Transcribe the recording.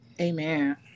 Amen